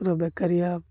ପୁରା ବେକାରିଆ